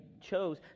chose